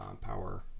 power